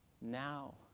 now